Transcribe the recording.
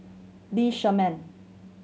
Lee Shermay